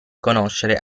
conoscere